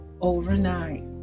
overnight